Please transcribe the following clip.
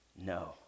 No